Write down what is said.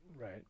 right